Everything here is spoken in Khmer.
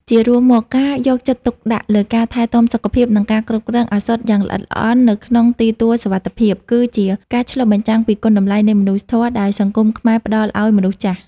ជារួមមក ការយកចិត្តទុកដាក់លើការថែទាំសុខភាព និងការគ្រប់គ្រងឱសថយ៉ាងល្អិតល្អន់នៅក្នុងទីទួលសុវត្ថិភាព គឺជាការឆ្លុះបញ្ចាំងពីគុណតម្លៃនៃមនុស្សធម៌ដែលសង្គមខ្មែរផ្តល់ឱ្យមនុស្សចាស់។